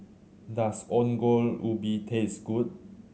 does Ongol Ubi taste good